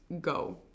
go